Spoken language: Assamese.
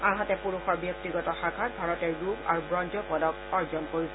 আনহাতে পুৰুষৰ ব্যক্তিগত শাখাত ভাৰতে ৰূপ আৰু ৱঞ্গৰ পদক অৰ্জন কৰিছে